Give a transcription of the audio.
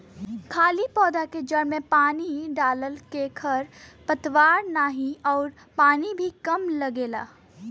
खाली पौधा के जड़ में पानी डालला के खर पतवार नाही अउरी पानी भी कम लगेला